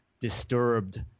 disturbed